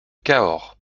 cahors